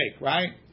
right